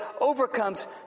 overcomes